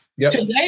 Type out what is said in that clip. Today